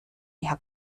herr